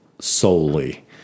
solely